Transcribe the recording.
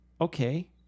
Okay